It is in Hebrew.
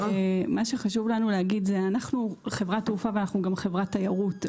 חשוב לנו לומר שאנחנו חברת תעופה ואנחנו גם חברת תיירות.